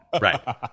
right